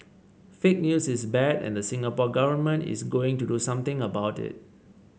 fake news is bad and the Singapore Government is going to do something about it